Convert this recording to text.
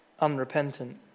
unrepentant